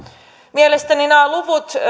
mielestäni nämä luvut